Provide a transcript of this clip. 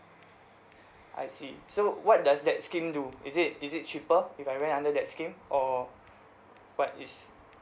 I see so what does that scheme do is it is it cheaper if I rent under that scheme or what is